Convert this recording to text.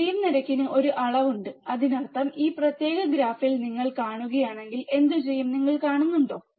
sleeve നിരക്കിന് ഒരു അളവുണ്ട് അതിനർത്ഥം ഈ പ്രത്യേക ഗ്രാഫിൽ നിങ്ങൾ കാണുകയാണെങ്കിൽ എന്തുചെയ്യും നിങ്ങൾ കാണുന്നുണ്ടോ